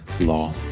Law